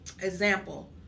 example